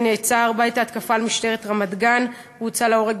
שנעצר בעת ההתקפה על משטרת רמת-גן והוצא להורג